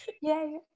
Yay